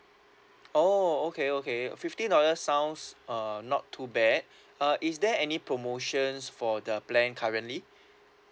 oh okay okay fifty dollars sounds uh not too bad uh is there any promotions for the plan currently